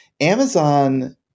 Amazon –